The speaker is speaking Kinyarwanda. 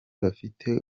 bafite